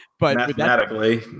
Mathematically